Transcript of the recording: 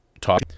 talk